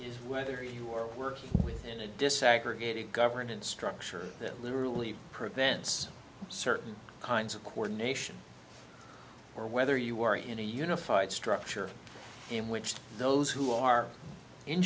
is whether you are working in a desegregated governance structure that literally prevents certain kinds of quarter nation or whether you are in a unified structure in which those who are in